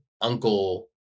uncle